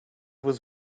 was